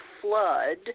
flood